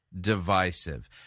divisive